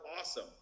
awesome